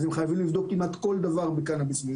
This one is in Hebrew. אנחנו חייבים לבדוק כמעט כל דבר בקנאביס.